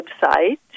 website